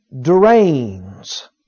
Drains